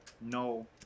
No